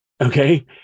Okay